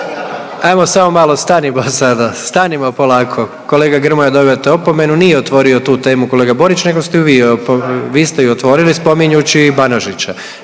Ajmo samo malo, stanimo sada. Stanimo polako. Kolega Grmoja dobivate opomenu, nije otvorio tu temu kolega Borić nego ste ju vi. Vi ste ju otvorili spominjući Banožića.